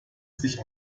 sich